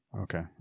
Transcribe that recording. okay